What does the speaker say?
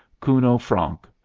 kuno francke,